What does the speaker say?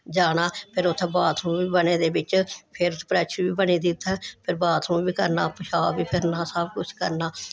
जाना फिर उत्थें बाथरूम बी बने दे बिच्च फिर फ्लैश बी बनी दी उत्थें फिर बाथरूम बी करना पशाब बी फिरना सब कुछ करना